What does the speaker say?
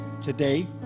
Today